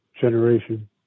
generation